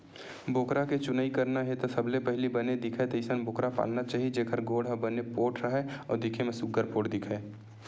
बोकरा के चुनई करना हे त सबले पहिली बने दिखय तइसन बोकरा पालना चाही जेखर गोड़ ह बने पोठ राहय अउ दिखे म सुग्घर पोठ दिखय